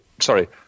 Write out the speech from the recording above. sorry